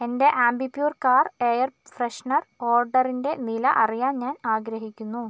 എന്റെ Ambipur car air freshener ഓർഡറിന്റെ നില അറിയാൻ ഞാൻ ആഗ്രഹിക്കുന്നു